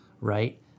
right